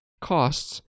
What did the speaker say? costs